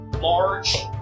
large